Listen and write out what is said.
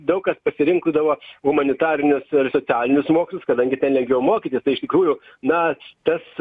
daug kas pasirinkdavo humanitarinius socialinius mokslus kadangi ten lengviau mokytis iš tikrųjų na tas